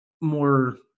more